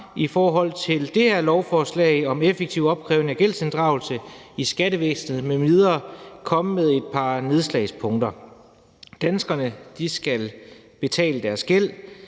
i forhold til det her lovforslag om en effektiv opkrævning og gældsinddrivelse i skattevæsenet m.v. også bare komme med et par nedslagspunkter. Danskerne skal betale deres gæld,